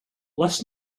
bless